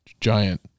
giant